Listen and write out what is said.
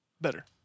Better